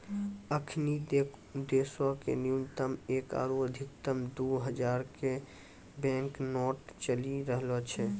अखनि देशो मे न्यूनतम एक आरु अधिकतम दु हजारो के बैंक नोट चलि रहलो छै